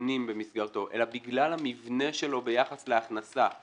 שניתנים במסגרתו אלא בגלל המבנה שלו ביחס להכנסה.